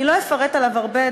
אני לא אפרט עליו הרבה,